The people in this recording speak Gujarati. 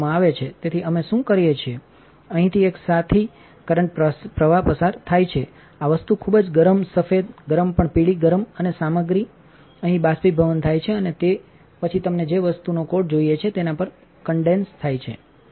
તેથી અમે શું કરીએ છીએઅહીંથીએકસાથી currentંચા પ્રવાહ પસાર થાય છે આ વસ્તુ ખૂબજગરમ સફેદ ગરમ પણ પીળી ગરમ અને સામગ્રી અહીં બાષ્પીભવન થાય છે અને પછી તમને જે વસ્તુનો કોટ જોઈએ છે તેના પર કન્ડેન્સ થાય છે